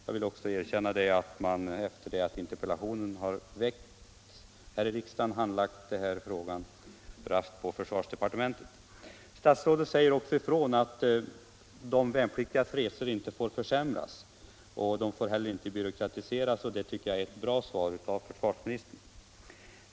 Jag vill också erkänna att man, efter det att interpellationen har väckts, har handlagt de här frågorna raskt i försvarsdepartementet. Statsrådet säger också ifrån att de värnpliktigas resor inte får försämras och att de inte heller får byråkratiseras. Det är också ett bra besked från försvarsministern.